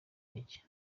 n’iki